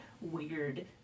weird